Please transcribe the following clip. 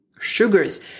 sugars